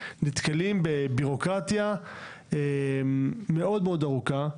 נתקלים בביורוקרטיה מאוד ארוכה.